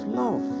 love